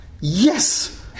yes